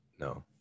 No